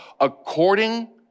according